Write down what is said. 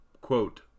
quote